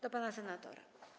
Do pana senatora.